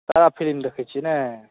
सारा film देखैत छियै नहि